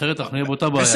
אחרת אנחנו נהיה באותה בעיה.